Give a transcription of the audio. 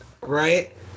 Right